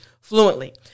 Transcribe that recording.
fluently